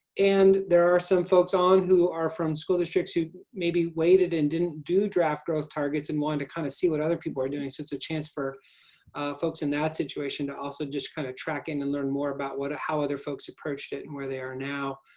and there are some folks on who are from school districts who maybe waited and didn't do draft growth targets and want to kind of see what other people are doing, so it's a chance for folks in that situation to also just kind of track in and learn more about what how other folks approached it and where they are now.